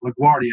LaGuardia